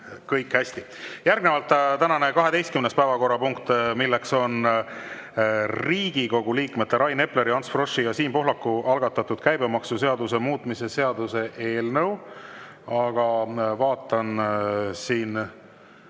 kõik hästi. Järgnevalt tänane 12. päevakorrapunkt, milleks on Riigikogu liikmete Rain Epleri, Ants Froschi ja Siim Pohlaku algatatud käibemaksuseaduse muutmise seaduse eelnõu. Aga kuna eelnõu